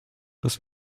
dass